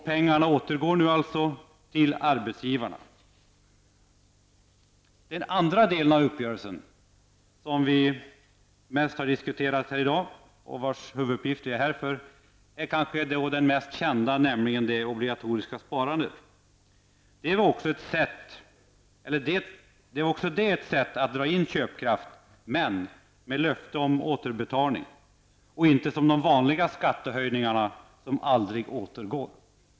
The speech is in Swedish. Pengarna återgår nu alltså till arbetsgivarna. Den andra delen av uppgörelsen, som har diskuterats mest här i dag och som det också är min huvuduppgift att tala om, är kanske den mest kända, nämligen det obligatoriska sparandet. Det är också ett sätt att dra in köpkraft men med löfte om återbetalning. Det var alltså inte som i fråga om de vanliga skattehöjningarna, där pengarna aldrig återgår.